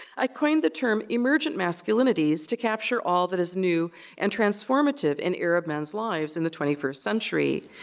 i coined the term emergent masculinities to capture all that is new and transformative in arab men's lives in the twenty first century.